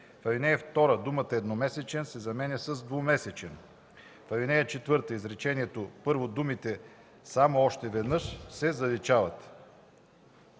1. В ал. 2 думата „едномесечен” се заменя с „двумесечен”. 2. В ал. 4, изречение първо думите „само още веднъж” се заличават.”